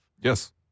Yes